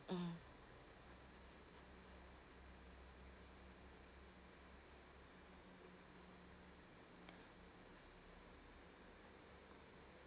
mm